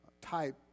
type